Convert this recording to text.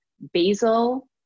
basil